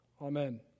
Amen